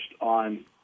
on